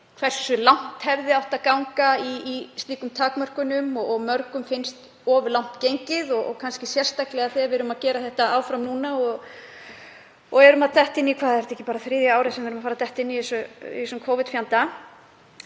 hversu langt hefði átt að ganga í slíkum takmörkunum og mörgum finnst of langt gengið og kannski sérstaklega þegar við erum að gera þetta áfram núna og erum að detta inn í, hvað, er þetta ekki þriðja árið sem við erum að detta inn í af þessum Covid-fjanda?